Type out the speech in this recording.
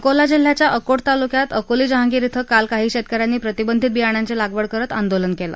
अकोला जिल्ह्याच्या अकोट तालुक्यात अकोली जहाँगीर श्व काही शेतकऱ्यांनी प्रतिबंधित बियाण्यांची लागवड करत आंदोलन केलं